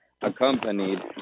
accompanied